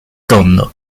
tondo